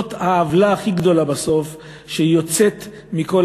זאת העוולה הכי גדולה בסוף שיוצאת מכל